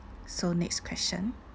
so next question